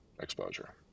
exposure